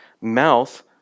mouth